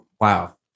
wow